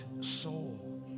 soul